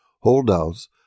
Holdouts